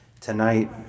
tonight